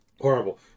Horrible